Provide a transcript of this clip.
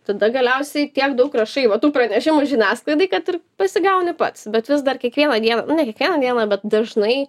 tada galiausiai tiek daug rašai va tų pranešimų žiniasklaidai kad ir pasigauni pats bet vis dar kiekvieną dieną nu ne kiekvieną dieną bet dažnai